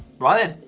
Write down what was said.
right then,